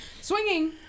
Swinging